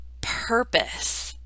purpose